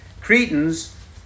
Cretans